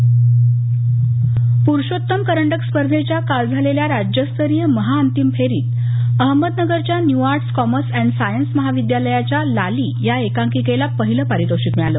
पुरूषोत्तम करंडक प्रुषोत्तम करंडक स्पर्धेच्या काल झालेल्या राज्यस्तरीय महाअंतिम फेरीत अहमदनगरच्या new arts commerce and science महाविद्यालयाच्या लालीया एकांकिकेला पाहिलं पारितोषिक मिळालं